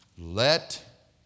let